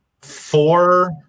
four